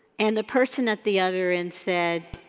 and the person at the other end said,